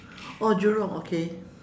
oh jurong okay